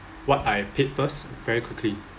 what I paid first very quickly